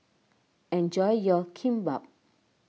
enjoy your Kimbap